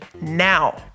now